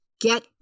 get